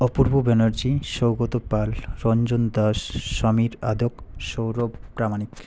Apurba Banerjee Saugata Pal Ranjan Das Samir Adak Sourav Pramanik